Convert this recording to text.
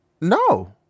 No